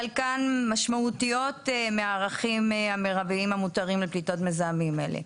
חלקן משמעויות מהערכים המרביים המותרים לפליטות מזהמים אלה.